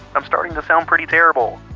i'm starting to sound pretty terrible.